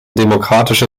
demokratische